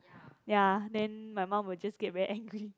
ya then my mum will just get very angry